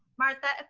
martha,